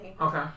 Okay